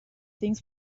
things